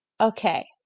Okay